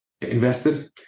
invested